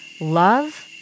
love